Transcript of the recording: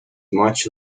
much